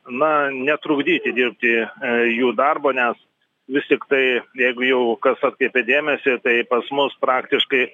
na netrukdyti dirbti jų darbo nes vis tiktai jeigu jau kas atkreipė dėmesį tai pas mus praktiškai